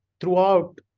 throughout